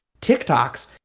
tiktoks